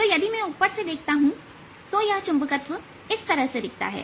तो यदि मैं ऊपर से देखता हूं तो यह चुंबकत्व इस तरह से दिखता है